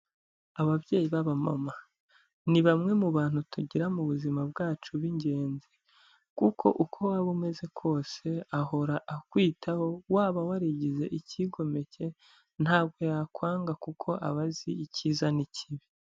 Ababyeyi b'abamama. Ni bamwe mu bantu tugira mu buzima bwacu b'ingenzi kuko uko waba umeze kose ahora akwitaho, waba warigize icyigomeke ntabwo yakwanga kuko aba azi icyiza n'ikibi.